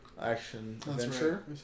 action-adventure